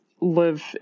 live